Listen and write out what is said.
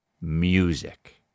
music